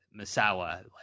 Masawa